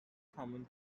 common